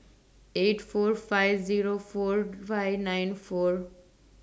eight four five Zero four five nine four